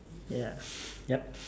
ya yup